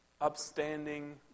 upstanding